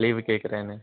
leave கேட்குறேன்னு